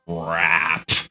crap